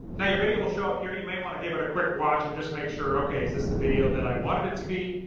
now your video will show up here. you may want to give it a quick watch and just make sure, okay is this the video that i wanted it to be?